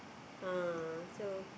ah so